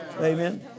Amen